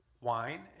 wine